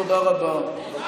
תודה רבה.